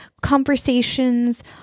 conversations